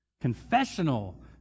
Confessional